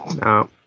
No